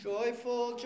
Joyful